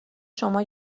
شما